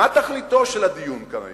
מה תכליתו של הדיון כאן היום?